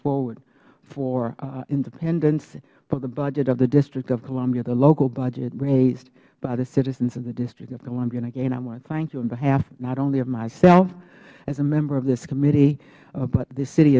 forward for independence for the budget of the district of columbia the local budget raised by the citizens of the district of columbia again i want to thank you on behalf of not only myself as a member of this committee but the city